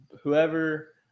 whoever